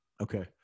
Okay